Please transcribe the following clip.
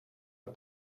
een